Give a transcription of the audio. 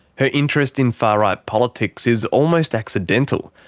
her interest in far-right politics is almost accidental,